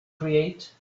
create